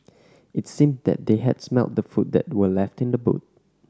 it seemed that they had smelt the food that were left in the boot